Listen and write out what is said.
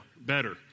better